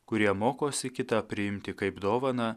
kurie mokosi kitą priimti kaip dovaną